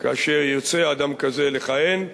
כאשר ירצה אדם כזה לכהן,